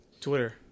Twitter